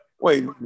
Wait